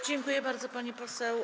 Dziękuję bardzo, pani poseł.